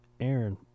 Aaron